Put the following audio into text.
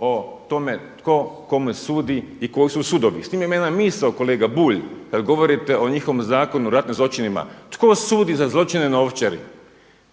o tome tko kome sudi i koji su sudovi. S tim ima jedna misao kolega Bulj kada govorite o njihovom Zakonu o ratnim zločinima, tko sudi za zločine na Ovčari?